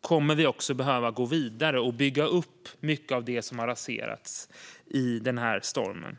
kommer vi att behöva gå vidare och bygga upp mycket av det som har raserats i stormen.